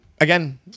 Again